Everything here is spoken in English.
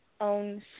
own